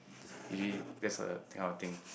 usually that's a thing I will think